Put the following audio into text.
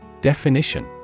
Definition